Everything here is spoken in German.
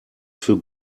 für